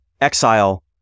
exile